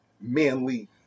manly